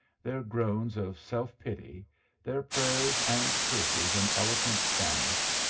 their groans of self-pity, their prayers and curses in eloquent spanish,